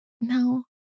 No